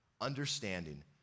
understanding